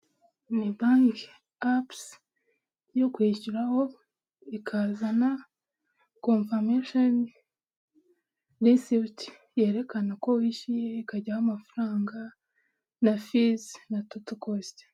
Ni banki apusi yo kuyishyuraho ikazana komfamishoni resebuti yerekana ko wishyuye ikajyaho amafaranga na fizi na toto kositi.